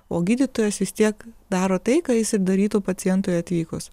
o gydytojas vis tiek daro tai ką jis ir darytų pacientui atvykus